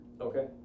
Okay